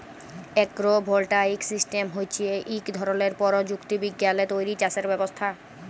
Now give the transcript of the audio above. agro voltaic system হছে ইক ধরলের পরযুক্তি বিজ্ঞালে তৈরি চাষের ব্যবস্থা